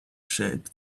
shaped